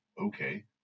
Okay